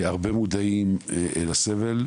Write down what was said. הרבה מודעים לסבל,